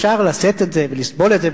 אפשר לשאת את זה ולסבול את זה,